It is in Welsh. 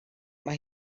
mae